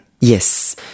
Yes